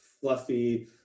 fluffy